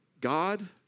God